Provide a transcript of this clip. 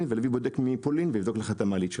ולהביא בודק מפולין שיבדוק לך את המעלית שלך,